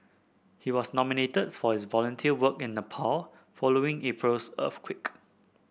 he was nominated for his volunteer work in Nepal following April's earthquake